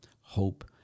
hope